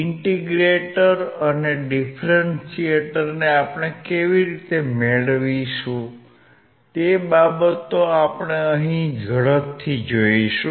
integrator અને ડીફરન્શીએટરને આપણે કેવી રીતે મેળવીશું તે બાબતો આપણે અહીં ઝડપથી જોઇશું